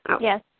Yes